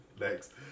Next